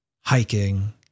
hiking